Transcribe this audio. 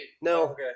No